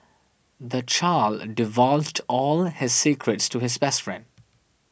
the child divulged all his secrets to his best friend